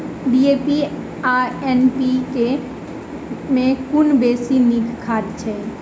DAP आ NPK मे कुन बेसी नीक खाद छैक?